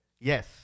Yes